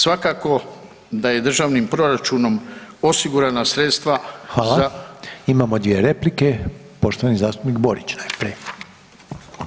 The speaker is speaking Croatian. Svakako da je državnim proračunom osigurana sredstva za